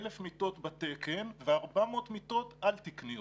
1,000 מיטות בתקן ו-400 מיטות על תקניות.